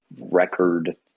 record